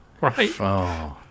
Right